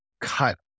cut